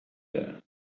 there